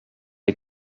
des